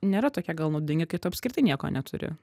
nėra tokie gal naudingi kai tu apskritai nieko neturi